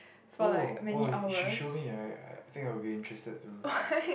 oh oh she showed me I I think I will be interested too